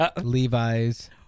Levi's